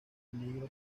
peligro